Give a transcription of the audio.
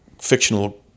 fictional